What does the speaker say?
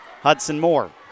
Hudson-Moore